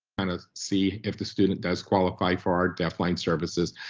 and of see if the student does qualify for our deaf-blind services.